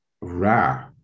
ra